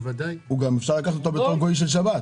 אפשר לקחת אותו כגוי של שבת.